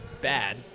bad